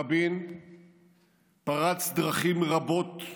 רבין פרץ דרכים רבות,